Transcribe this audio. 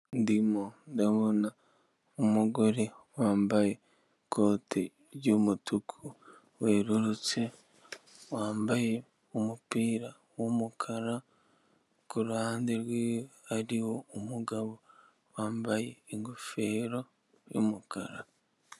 Ndimo ndabona umugore wambaye ikote ry'umutuku werurutse, wambaye umupira w'umukara, ku ruhande rwiwe hariho umugabo wambaye ingofero y'umukara.